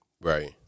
Right